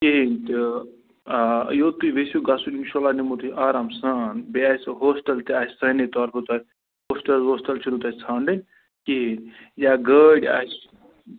کِہیٖنٛۍ تہِ آ یوٚت تُہۍ یژھِو گژھُن اِنشاءاللہ نِمَو تُہۍ آرام سان بیٚیہِ آسٮ۪و ہوسٹَل تہِ آسہِ سانی طرفہٕ تۄہہِ ہوسٹَل ووسٹَل چھُو نہٕ تۄہہِ ژھانٛڈٕنۍ کِہیٖنٛۍ یا گٲڑۍ آسہِ